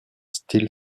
still